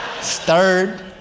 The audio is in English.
Stirred